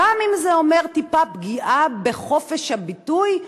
גם אם זה אומר טיפה פגיעה בחופש הביטוי,